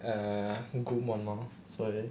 ah group [one] lor that's why